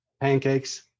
Pancakes